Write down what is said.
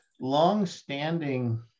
longstanding